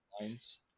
lines